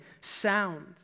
sound